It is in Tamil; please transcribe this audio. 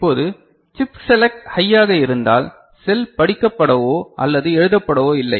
இப்போது சிப் செலக்ட் ஹையாக இருந்தால் செல் படிக்கப்படவோ அல்லது எழுதப்படவோ இல்லை